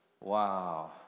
Wow